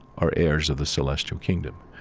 are heirs of the celestial kingdom.